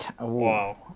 Wow